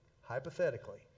hypothetically